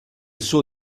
suo